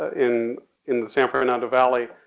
in in the san fernando valley,